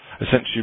essentially